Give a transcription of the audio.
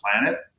planet